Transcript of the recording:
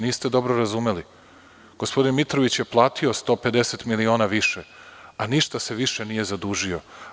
Niste dobro razumeli, gospodin Mitrović je platio 150 miliona više, a ništa se više nije zadužio.